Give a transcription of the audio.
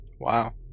Wow